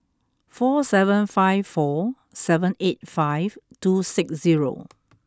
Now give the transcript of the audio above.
four seven five four seven eight five two six zero